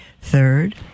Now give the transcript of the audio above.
Third